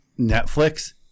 netflix